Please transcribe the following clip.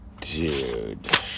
dude